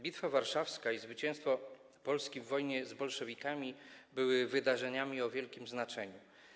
Bitwa warszawska i zwycięstwo Polski w wojnie z bolszewikami były wydarzeniami o wielkim znaczeniu.